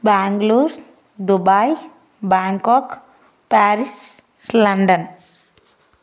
Bengaluru Dubai Bangkok Paris London